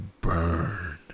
burn